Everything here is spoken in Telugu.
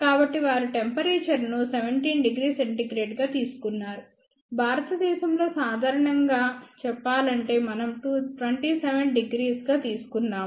కాబట్టి వారు టెంపరేచర్ ను 17°C గా తీసుకున్నారు భారతదేశం లో సాధారణంగా చెప్పాలంటే మనం 27° గా తీసుకున్నాము